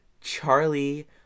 Charlie